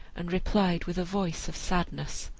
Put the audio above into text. and replied with a voice of sadness,